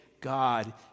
God